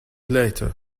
later